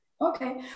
Okay